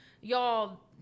y'all